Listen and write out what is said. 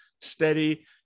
steady